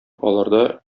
аларда